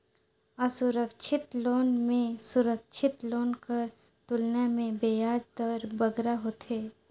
असुरक्छित लोन में सुरक्छित लोन कर तुलना में बियाज दर बगरा होथे